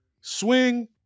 Swing